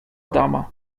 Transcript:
dama